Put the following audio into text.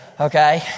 okay